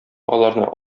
аларны